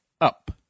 up